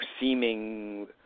seeming